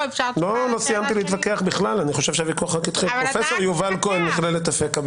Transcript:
כהן, מכללת אפקה.